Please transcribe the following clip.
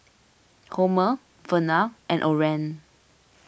Homer Vernal and Oren